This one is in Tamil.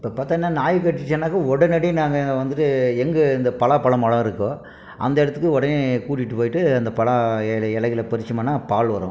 இப்போ பார்த்தீங்ன்னா நாய் கடிச்சுச்சுன்னாக்க உடனடியா நாங்கள் வந்துட்டு எங்கே இந்த பலாப்பழ மரம் இருக்கோ அந்த இடத்துக்கு உடனே கூட்டிகிட்டு போயிட்டு அந்த பலா இலைகள பறிச்சோமுன்னால் பால் வரும்